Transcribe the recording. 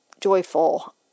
joyful